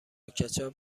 کچاپ